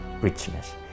richness